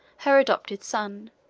her adopted son,